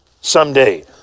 someday